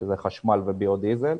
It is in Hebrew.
שזה חשמל וביו דיזל.